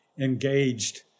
engaged